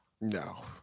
no